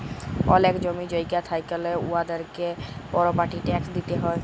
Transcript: অলেক জমি জায়গা থ্যাইকলে উয়াদেরকে পরপার্টি ট্যাক্স দিতে হ্যয়